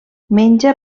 menja